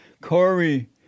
Corey